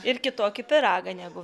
ir kitokį pyragą negu